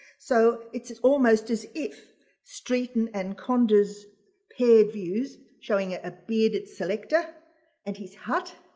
so it's it's almost as if streeton and condors paired views showing it a bearded selector and his hut,